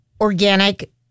organic